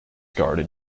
garden